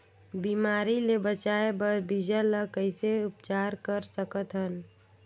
बिमारी ले बचाय बर बीजा ल कइसे उपचार कर सकत हन?